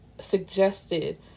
suggested